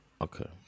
Okay